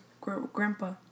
Grandpa